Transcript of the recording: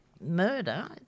murder